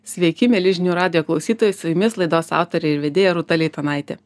sveiki mieli žinių radijo klausytojai su jumis laidos autorė ir vedėja rūta leitanaitė